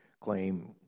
claim